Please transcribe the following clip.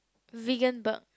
Veganburg